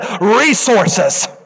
resources